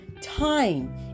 time